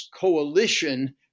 coalition